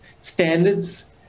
standards